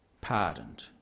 pardoned